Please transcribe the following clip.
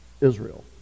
Israel